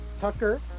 Tucker